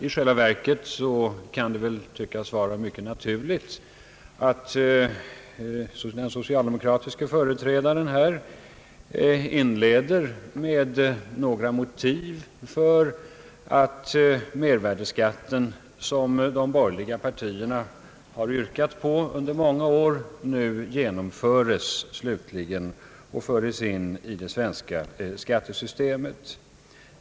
I själva verket är det mycket naturligt att den socialdemokratiske företrädaren för utskottet inleder med några motiv för att mervärdeskatten — som de borgerliga partierna under många år har yrkat på — nu slutligen genomföres och som nu definitivt inlemmats i det svenska skattesystemet.